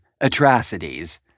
atrocities